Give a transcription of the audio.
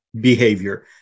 behavior